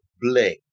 bling